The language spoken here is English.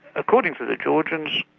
according to the georgians,